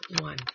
one